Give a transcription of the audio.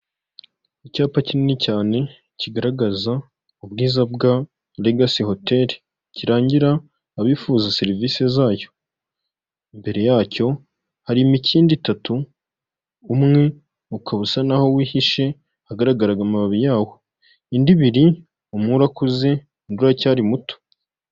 Icyapa kinini cyane kigaragaza ubwiza bwa Legasi hoteli kirangira abifuza serivisi zayo, imbere yacyo hari imikindo itatu umwe ukaba usa naho wihishe hagaragara amababi yawo, indi ibiri umwe urakuze undi uracyari muto.